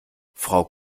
frau